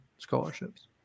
scholarships